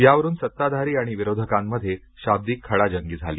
यावरून सत्ताधारी आणि विरोधकांमध्ये शाब्दिक खडाजंगी झाली